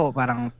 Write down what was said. parang